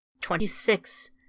Twenty-six